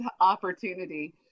opportunity